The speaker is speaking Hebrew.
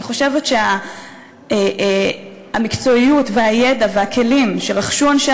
אני חושבת שהמקצועיות והידע והכלים שרכשו אנשי